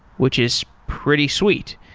which is pretty sweet.